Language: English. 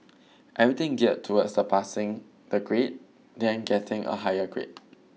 everything geared towards the passing the grade then getting a higher grade